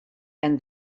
and